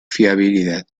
fiabilidad